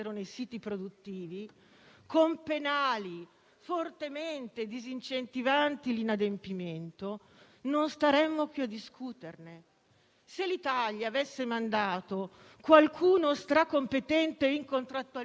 Se l'Italia avesse mandato qualcuno stracompetente in contrattualistica internazionale al tavolo delle trattative, non staremmo qui a lamentare la mancanza di vaccini.